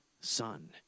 son